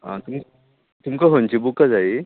तुमी तुमकां खंयचीं बुकां जायी आं आं